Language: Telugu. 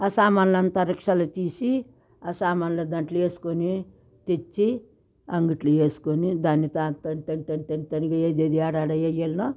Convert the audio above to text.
ఆ సామాను రిక్షాలో తీసి ఆ సామానులు దాంట్లో వేసుకుని తెచ్చి అంగడిలో వేసుకుని దాన్ని అంతంతంత ఏదేది ఏడాడ వేయ్యాల్నో